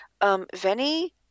Venny